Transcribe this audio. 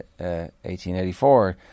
1884